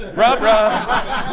brah, brah,